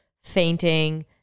fainting